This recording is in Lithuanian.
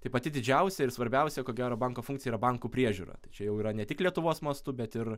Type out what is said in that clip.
tai pati didžiausia ir svarbiausia ko gero banko funkcija yra bankų priežiūra tai čia jau yra ne tik lietuvos mastu bet ir